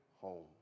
home